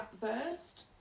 first